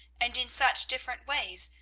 and in such different ways,